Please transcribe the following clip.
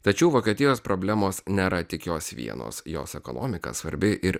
tačiau vokietijos problemos nėra tik jos vienos jos ekonomika svarbi ir